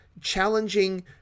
challenging